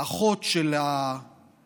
האחות של ההרוג